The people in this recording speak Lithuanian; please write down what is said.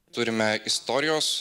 turime istorijos